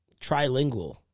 trilingual